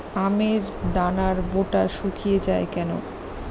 আমের দানার বোঁটা শুকিয়ে য়ায় কেন?